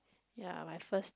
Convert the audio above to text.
ya my first